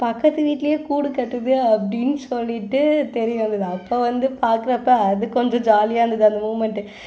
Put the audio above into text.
பக்கத்து வீட்டுலேயும் கூடு கட்டுது அப்படின்னு சொல்லிட்டு தெரிய வந்தது அப்போ வந்து பார்க்குறப்ப அது கொஞ்சம் ஜாலியாக இருந்தது அந்த மூமெண்டு